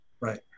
Right